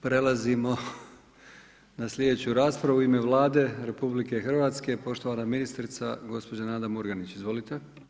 Prelazimo na slijedeću raspravu u ime Vlade RH poštovana ministrica gospođa Nada Murganić, izvolite.